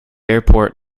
airport